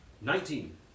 Nineteen